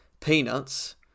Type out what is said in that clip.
peanuts